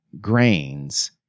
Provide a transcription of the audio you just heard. grains